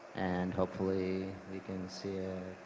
and hopefully we can see.